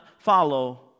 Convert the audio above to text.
follow